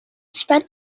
spread